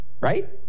right